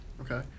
Okay